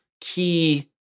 key